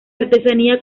artesanía